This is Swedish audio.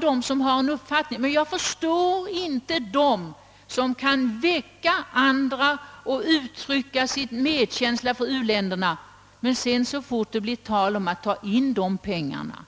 Däremot förstår jag inte dem som först kan väcka andra och uttrycka sin medkänsla för u-länderna men sedan, så fort det blir tal om att avstå pengarna,